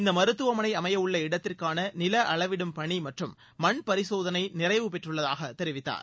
இந்த மருத்துவமனை அமையவுள்ள இடத்திற்காள நில அளவிடும் பனி மற்றும் மண் பரிசோதனை நிறைவு பெற்றுள்ளதாக தெரிவித்தார்